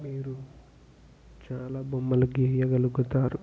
మీరు చాలా బొమ్మలు గీయగలుగుతారు